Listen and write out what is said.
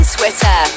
Twitter